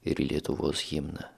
ir lietuvos himną